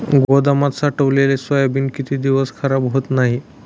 गोदामात साठवलेले सोयाबीन किती दिवस खराब होत नाही?